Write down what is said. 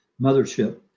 mothership